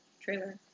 trailer